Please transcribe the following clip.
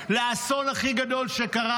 לאסון הכי גדול שקרה